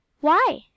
Why